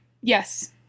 Yes